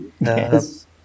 Yes